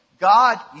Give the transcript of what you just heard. god